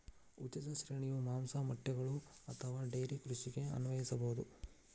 ಉಚಿತ ಶ್ರೇಣಿಯು ಮಾಂಸ, ಮೊಟ್ಟೆಗಳು ಅಥವಾ ಡೈರಿ ಕೃಷಿಗೆ ಅನ್ವಯಿಸಬಹುದು